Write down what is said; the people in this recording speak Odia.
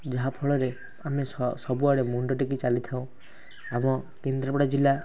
ଯାହାଫଳରେ ଆମେ ସବୁଆଡ଼େ ମୁଣ୍ଡ ଟେକି ଚାଲିଥାଉ ଆମ କେନ୍ଦ୍ରାପଡ଼ା ଜିଲ୍ଲା